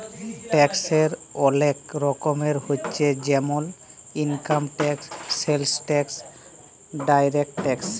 ট্যাক্সের ওলেক রকমের হচ্যে জেমল income tax, sales tax, direct tax